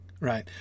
right